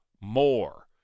more